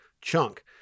chunk